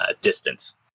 distance